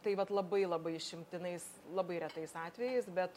tai vat labai labai išimtinais labai retais atvejais bet